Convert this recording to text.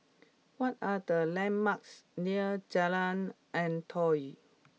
what are the landmarks near Jalan Antoi